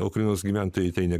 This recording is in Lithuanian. ukrainos gyventojai tai ne